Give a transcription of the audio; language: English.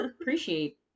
Appreciate